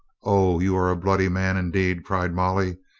o, you are a bloody man indeed, cried molly.